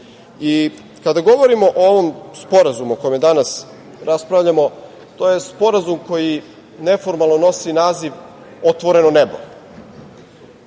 govorimo o ovom Sporazumu o kome danas raspravljamo, to je Sporazum koji neformalno nosi naziv „Otvoreno nebo“.